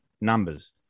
numbers